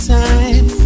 time